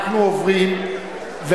אנחנו עוברים להצבעה,